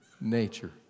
nature